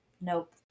Nope